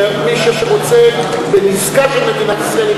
ושמי שרוצה ונזקק למדינת ישראל,